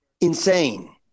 insane